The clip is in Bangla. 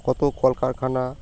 কত কলকারখানা